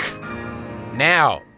now